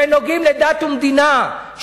שנוגעים לדת ומדינה,